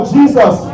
Jesus